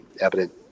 evident